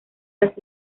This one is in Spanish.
las